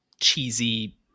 cheesy